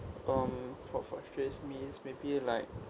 um what frustrates me is maybe like